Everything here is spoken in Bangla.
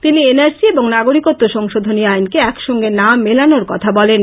তিনি এন আর সি এবং নাগরিকতু সংশোধনী আইনকে একসঙ্গে না মেলানোর কথা বলেন